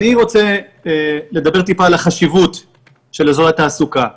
אני רוצה לדבר על החשיבות של אזור התעסוקה.